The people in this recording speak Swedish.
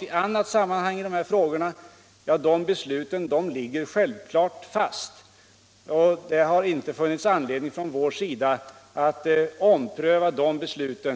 i andra sammanhang fattat i dessa frågor ligger fast. Det har inte funnits någon anledning för oss att ompröva dessa beslut.